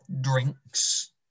drinks